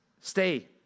stay